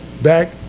back